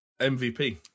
mvp